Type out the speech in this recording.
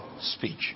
speech